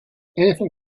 anything